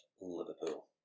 Liverpool